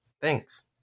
Thanks